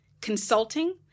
consulting